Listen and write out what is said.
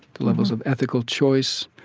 the levels of ethical choice,